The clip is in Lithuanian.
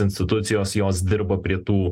institucijos jos dirba prie tų